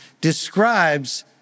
describes